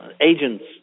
agents